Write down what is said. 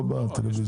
לא בטלוויזיה.